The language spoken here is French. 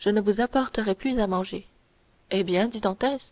je ne vous apporterai plus à manger eh bien dit dantès